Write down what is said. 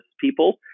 people